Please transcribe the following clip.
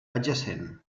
adjacent